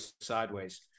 sideways